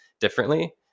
differently